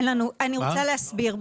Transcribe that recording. אני רוצה להסביר.